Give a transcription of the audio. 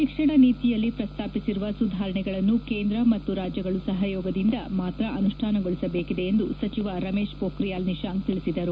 ಶಿಕ್ಷಣ ನೀತಿಯಲ್ಲಿ ಪ್ರಸ್ತಾಪಿಸಿರುವ ಸುಧಾರಣೆಗಳನ್ನು ಕೇಂದ್ರ ಮತ್ತು ರಾಜ್ಯಗಳು ಸಹಯೋಗದಿಂದ ಮಾತ್ರ ಅನುಷ್ಠಾನಗೊಳಿಸಬೇಕಿದೆ ಎಂದು ಸಚಿವ ರಮೇಶ್ ಪ್ರೋಖಿಯಲ್ ನಿಶಾಂಕ್ ತಿಳಿಸಿದರು